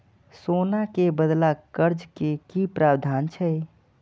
सोना के बदला कर्ज के कि प्रावधान छै?